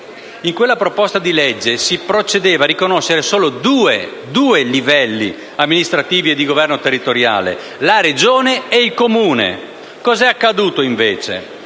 In quella proposta di legge si procedeva a riconoscere solo due livelli amministrativi e di governo territoriale: la Regione e il Comune. Invece